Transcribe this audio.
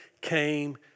came